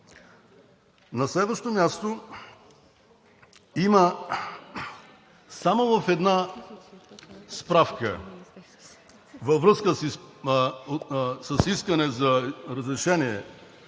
На следващо място, има само в една справка във връзка с искане за разрешение